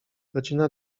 godzina